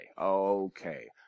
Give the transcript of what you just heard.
Okay